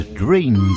Dreams